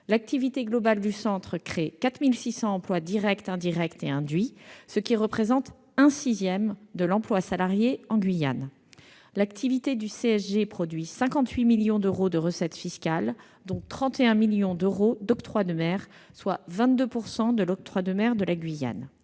L'activité globale du centre crée 4 600 emplois, directs, indirects et induits, ce qui représente un sixième de l'emploi salarié privé en Guyane. L'activité du CSG produit 58 millions d'euros de recettes fiscales, dont 31 millions d'octroi de mer, soit 22 % de l'octroi de mer de la Guyane.